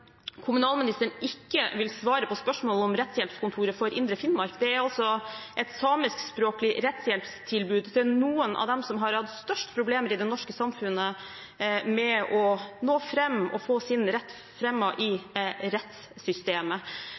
kommunalministeren ikke vil svare på spørsmål om Rettshjelpskontoret Indre Finnmark. Det er altså et samiskspråklig rettshjelpstilbud. Det er noen av dem som har hatt størst problemer i det norske samfunnet med å nå fram og få sin rett fremmet i rettssystemet.